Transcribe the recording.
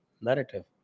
narrative